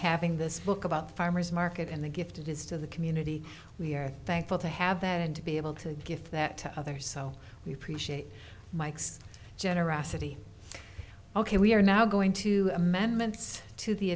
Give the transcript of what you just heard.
having this book about the farmer's market and the gift it is to the community we are thankful to have that and to be able to give that to others so we appreciate mike's generosity ok we are now going to amendments to the